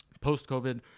post-COVID